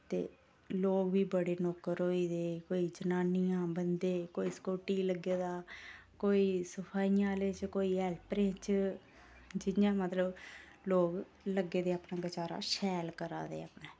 ते लोक बी बड़े नौकर होई दे कोई जनानियां बंदे कोई सकोर्टी लग्गे दा कोई सफाइयां आह्ले च कोई हेल्परें च जि'यां मतलब लोक लग्गे दे अपना गुजारा शैल करा दे अपना